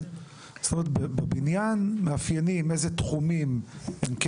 זאת אומרת בבניין מאפיינים איזה תחומים- -- כן,